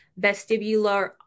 vestibular